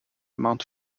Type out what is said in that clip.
amount